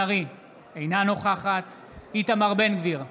אינה נוכחת איתמר בן גביר,